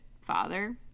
father